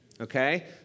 Okay